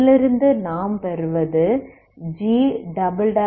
இதிலிருந்து நாம் பெறுவது gp2p